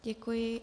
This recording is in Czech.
Děkuji.